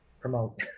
promote